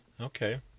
Okay